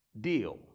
deal